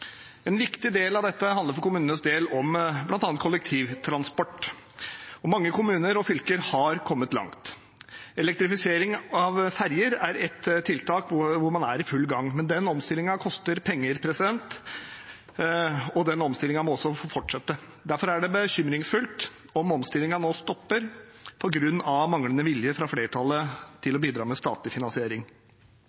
En viktig del av dette handler for kommunenes del om bl.a. kollektivtransport, og mange kommuner og fylker har kommet langt. Elektrifisering av ferjer er ett tiltak hvor man er i full gang, men den omstillingen koster penger, og den omstillingen må også fortsette. Derfor er det bekymringsfullt om omstillingen nå stopper på grunn av manglende vilje fra flertallet til